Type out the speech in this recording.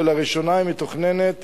ולראשונה היא מתוכננת